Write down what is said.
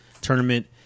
tournament